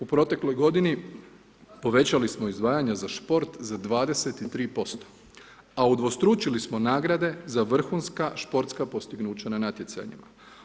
U protekloj godini povećali smo izdvajanja za šport za 23%, a udvostručili smo nagrade za vrhunska športska postignuća na natjecanjima.